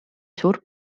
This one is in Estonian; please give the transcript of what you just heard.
suurt